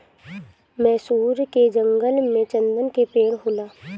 मैसूर के जंगल में चन्दन के पेड़ होला